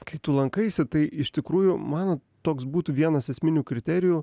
kai tu lankaisi tai iš tikrųjų man toks būtų vienas esminių kriterijų